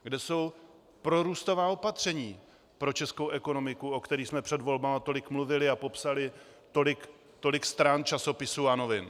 Kde jsou prorůstová opatření pro českou ekonomiku, o kterých jsme před volbami tolik mluvili a popsali tolik stran časopisů a novin?